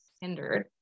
hindered